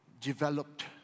developed